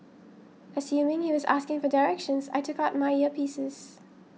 assuming he was asking for directions I took out my earpieces